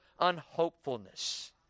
unhopefulness